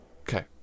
Okay